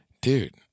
Dude